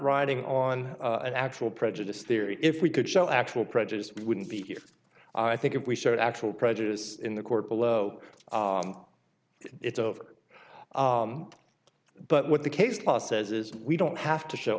riding on an actual prejudice theory if we could show actual prejudiced we wouldn't be here i think if we showed actual prejudice in the court below it's over but what the case law says is we don't have to show